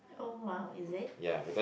oh !wow! is it